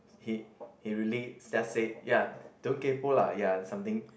he he really just said ya don't kaypo lah ya something